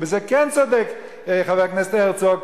ובזה כן צודק חבר הכנסת הרצוג,